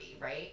right